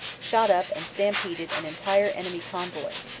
shot up and stampeded an entire enemy convoy.